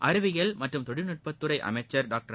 அறிவியல் மற்றும் தொழில்நுட்பத்துறை அமைச்சர் டாக்டர்